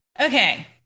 Okay